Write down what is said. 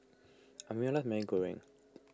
Amira Maggi Goreng